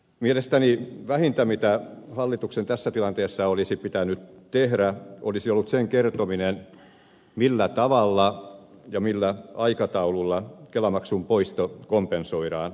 mielestäni vähintä mitä hallituksen tässä tilanteessa olisi pitänyt tehdä olisi ollut sen kertominen millä tavalla ja millä aikataululla kelamaksun poisto kompensoidaan